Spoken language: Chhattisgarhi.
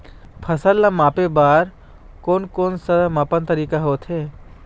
फसल ला मापे बार कोन कौन सा मापन तरीका होथे?